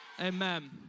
amen